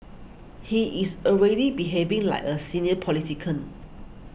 he is already behaving like a senior politician